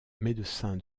médecin